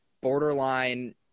borderline